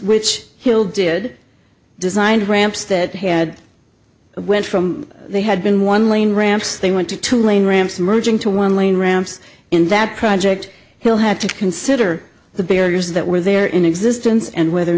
which hill did designed ramps that had went from they had been one lane ramps they went to two lane ramps merging to one lane ramps in that project he'll have to consider the barriers that were there in existence and whether